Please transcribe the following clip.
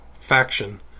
faction